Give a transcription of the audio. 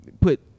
put